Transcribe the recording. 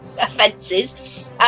offences